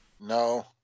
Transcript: no